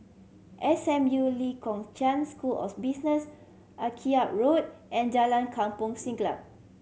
S M U Lee Kong Chian School of Business Akyab Road and Jalan Kampong Siglap